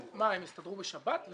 מה, הם יסתדרו בשבת?